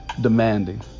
demanding